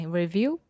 review